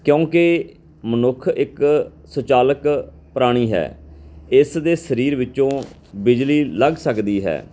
ਕਿਉਂਕਿ ਮਨੁੱਖ ਇੱਕ ਸੁਚਾਲਕ ਪ੍ਰਾਣੀ ਹੈ ਇਸ ਦੇ ਸਰੀਰ ਵਿੱਚੋਂ ਬਿਜਲੀ ਲੰਘ ਸਕਦੀ ਹੈ